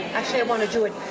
actually, i wanna do a